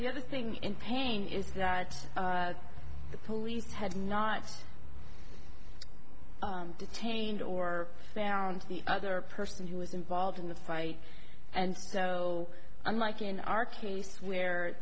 the other thing in pain is that the police had not detained or found the other person who was involved in the fight and so unlike in our case where